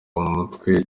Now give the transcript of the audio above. umutwe